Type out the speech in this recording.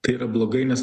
tai yra blogai nes